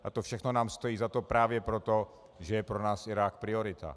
A to všechno nám stojí za to právě proto, že je pro nás Irák priorita.